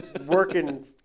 working